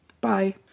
bye